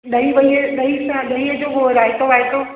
ॾही वही ॾहीअ सां ॾहीअ जो को रायतो वायतो